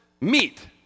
meet